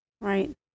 Right